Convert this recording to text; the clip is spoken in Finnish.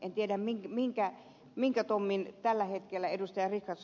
en tiedä minkä tommin tällä hetkellä ed